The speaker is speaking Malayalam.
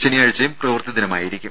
ശനിയാഴ്ച്ചയും പ്രവൃത്തി ദിവസമായിരിക്കും